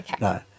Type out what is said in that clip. no